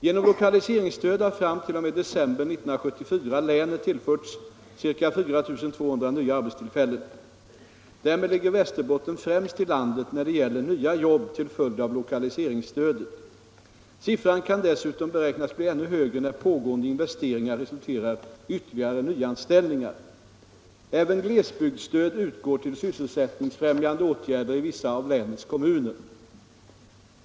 Genom lokaliseringsstöd har fram t.o.m. december 1974 länet tillförts ca 4 200 nya arbetstillfällen. Därmed ligger Västerbotten främst i landet när det gäller nya jobb till följd av lokaliseringsstödet. Siffran kan dessutom beräknas bli ännu högre när pågående investeringar resulterar i ytterligare nyanställningar. Även glesbygdsstöd utgår till sysselsättningsfrämjande åtgärder i vissa av länets kommuner.